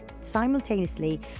simultaneously